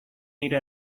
nire